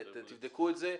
תבדקו את זה.